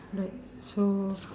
right so